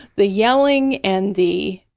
the yelling and the,